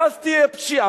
ואז תהיה פשיעה,